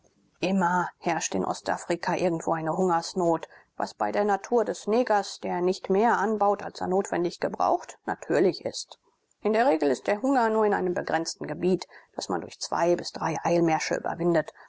immer herrscht in ostafrika irgendwo eine hungersnot was bei der natur des negers der nicht mehr anbaut als er notwendig gebraucht natürlich ist in der regel ist der hunger nur in einem begrenzten gebiet das man durch zwei bis drei eilmärsche überwindet